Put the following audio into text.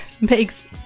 makes